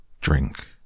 Drink